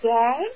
Yes